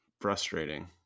frustrating